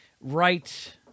right